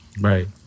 Right